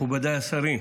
מכובדיי השרים.